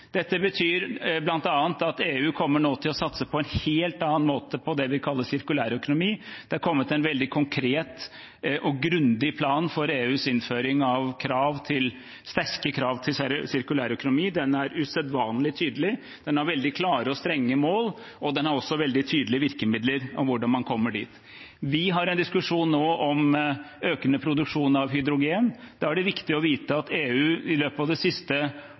Dette betyr bl.a. at EU nå kommer til å satse på en helt annen måte på det vi kaller sirkulærøkonomi. Det har kommet en veldig konkret og grundig plan for EUs innføring av sterke krav til sirkulærøkonomi. Den er usedvanlig tydelig, den har veldig klare og strenge mål, og den har også veldig tydelige virkemidler for hvordan man kommer dit. Vi har en diskusjon nå om økende produksjon av hydrogen. Da er det viktig å vite at EU i løpet av det siste